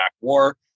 war